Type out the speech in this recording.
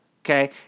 okay